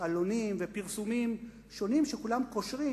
יש עלונים ופרסומים שונים שכולם קושרים